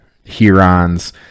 Hurons